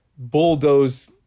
bulldoze